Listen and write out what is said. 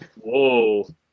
Whoa